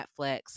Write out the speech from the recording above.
Netflix